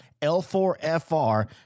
L4FR